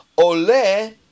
ole